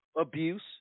abuse